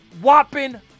whopping